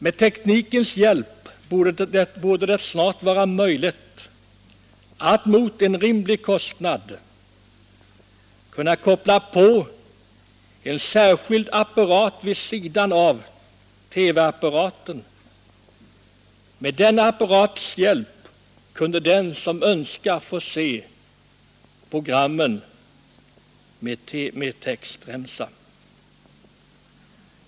Med teknikens hjälp borde det snart vara möjligt att mot en rimlig kostnad kunna koppla på en särskild apparat vid sidan av TV-apparaten. Med denna apparats hjälp kunde den som önskar få se programmet med textremsa.